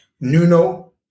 Nuno